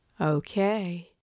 Okay